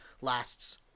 lasts